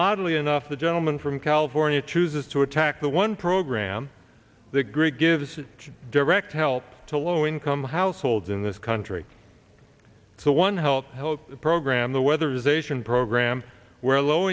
oddly enough the gentleman from california chooses to attack the one program the grid gives direct help to low income households in this country so one health health program the weather zation program where low